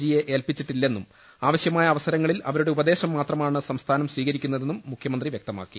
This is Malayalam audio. ജി യെ ഏൽപ്പിച്ചിട്ടില്ലെന്നും ആവശ്യമായ അവസരങ്ങളിൽ അവരുടെ ഉപദേശം മാത്രമാണ് സംസ്ഥാനം സ്വീകരിക്കുന്നതെന്നും മുഖ്യമന്ത്രി വ്യക്തമാക്കി